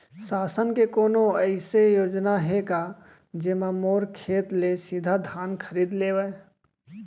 शासन के कोनो अइसे योजना हे का, जेमा मोर खेत ले सीधा धान खरीद लेवय?